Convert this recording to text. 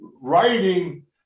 Writing